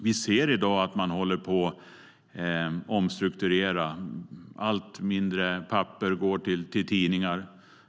Vi ser i dag att man håller på att omstrukturera. Allt mindre papper går till tidningar.